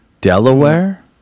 Delaware